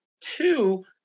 Two